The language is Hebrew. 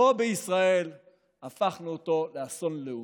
פה בישראל הפכנו אותו לאסון לאומי,